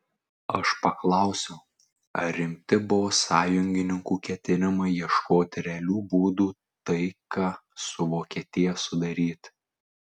aš paklausiau ar rimti buvo sąjungininkų ketinimai ieškoti realių būdų taiką su vokietija sudaryti